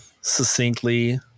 succinctly